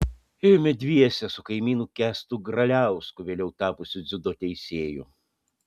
ėjome dviese su kaimynu kęstu graliausku vėliau tapusiu dziudo teisėju